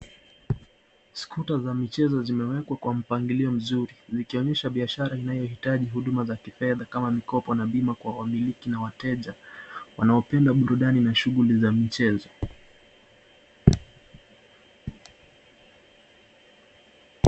SKuta za michezo zimewekwa kwa mipangilio mzuri, zikionyesha biashara inayohitaji huduma za kifedha kama mikopo na bima kwa wamiliki na wateja wanao penda burudani na shughuli za mchezo.